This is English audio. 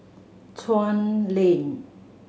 Chuan Lane